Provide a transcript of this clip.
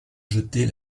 jeter